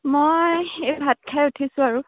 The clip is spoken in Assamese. মই এই ভাত খাই উঠিছোঁ আৰু